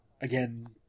again